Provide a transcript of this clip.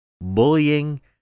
bullying